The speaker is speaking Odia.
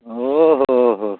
ଓଃ ହୋ ହୋ